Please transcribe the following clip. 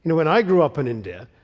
when i grew up in india,